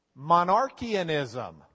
Monarchianism